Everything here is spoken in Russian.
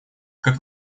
как